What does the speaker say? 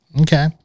Okay